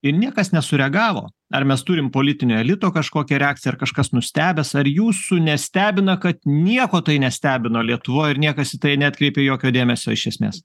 ir niekas nesureagavo ar mes turim politinio elito kažkokią reakciją ar kažkas nustebęs ar jūsų nestebina kad nieko tai nestebino lietuvoj ir niekas į tai neatkreipė jokio dėmesio iš esmės